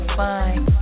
fine